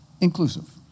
inclusive